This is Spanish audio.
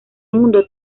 mundo